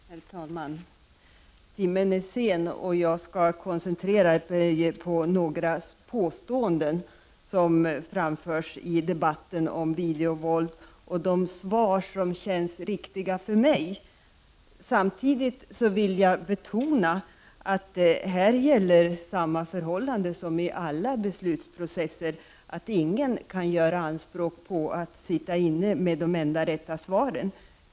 Herr talman! Timmen är sen, och jag skall koncentrera mig på några påståenden som framförts i debatten om videovåld och de svar på dessa som känns riktiga för mig. Samtidigt vill jag betona att här gäller samma förhål lande som i alla beslutsprocesser, att ingen kan göra anspråk på att sitta inne = Prot. 1989/90:26 med de enda rätta svaren.